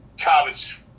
college